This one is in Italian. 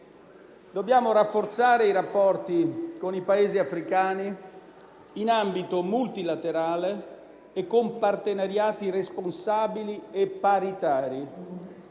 Dobbiamo rafforzare i rapporti con i Paesi africani in ambito multilaterale e con partenariati responsabili e paritari.